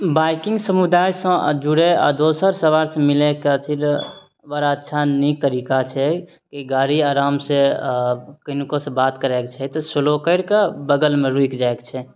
biking समुदाय सऽ जुड़े आ दोसर सबार से मिलयके अथी लऽ बड़ा अच्छा नीक तरीका छै की गाड़ी आराम से किनको सऽ बात करयके छै तऽ स्लो करिके बगलमे रूकि जाइके छै